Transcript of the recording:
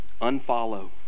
unfollow